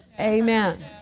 Amen